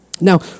Now